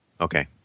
Okay